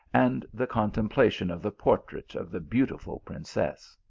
and the contemplation of the portrait of the beautiful princess.